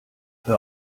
hör